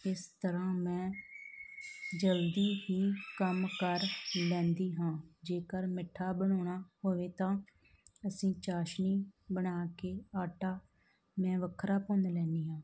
ਇਸ ਤਰ੍ਹਾਂ ਮੈਂ ਜਲਦੀ ਹੀ ਕੰਮ ਕਰ ਲੈਂਦੀ ਹਾਂ ਜੇਕਰ ਮਿੱਠਾ ਬਣਾਉਣਾ ਹੋਵੇ ਤਾਂ ਅਸੀਂ ਚਾਸ਼ਣੀ ਬਣਾ ਕੇ ਆਟਾ ਮੈਂ ਵੱਖਰਾ ਭੁੰਨ ਲੈਂਦੀ ਹਾਂ